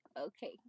Okay